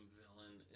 villain